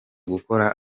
gukora